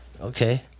Okay